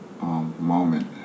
moment